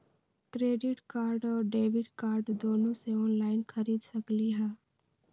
Credit card और debit card दोनों से ऑनलाइन खरीद सकली ह?